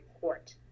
court